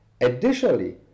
Additionally